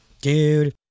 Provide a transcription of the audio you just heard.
Dude